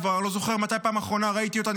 אני כבר לא זוכר מתי בפעם האחרונה ראיתי אותה,